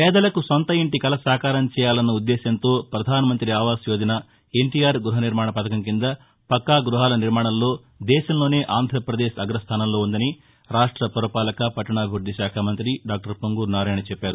పేదలకు సొంతంటి కల సాకారం చేయాలన్న ఉద్దేశ్యంతో పధాన మంతి ఆవాస్ యోజన ఎన్టీఆర్ గృహ నిర్మాణ పథకం కింద పక్కా గృహాల నిర్మాణంలో దేశంలోనే ఆంధ్రప్రదేశ్ అగ్రస్దానంలో ఉందని రాష్ట్ర పురపాలక పట్టణాభివృద్ధి శాఖ మంతి డాక్టర్ పొంగూరు నారాయణ చెప్పారు